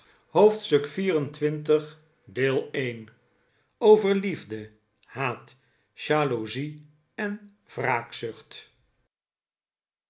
hoofdstuk xxiv over liefde haat jaloezie en